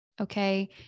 Okay